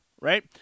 Right